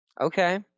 Okay